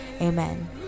amen